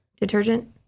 detergent